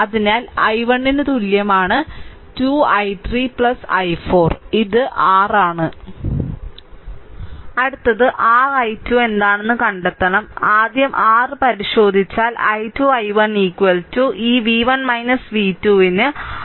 അതിനാൽ i1 തുല്യമാണ് 2 i3 i4 ഇത് r ആണ് അടുത്തത് r i2 എന്താണെന്ന് കണ്ടെത്തണം ആദ്യം r പരിശോധിച്ചാൽ i2 i1 ഈ v1 v2 ന് 5